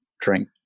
drink